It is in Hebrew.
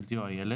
ילדי או הילד),